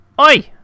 Oi